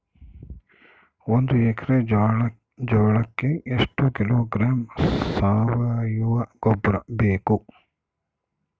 ಒಂದು ಎಕ್ಕರೆ ಜೋಳಕ್ಕೆ ಎಷ್ಟು ಕಿಲೋಗ್ರಾಂ ಸಾವಯುವ ಗೊಬ್ಬರ ಬೇಕು?